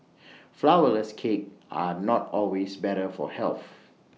Flourless Cakes are not always better for health